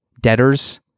debtors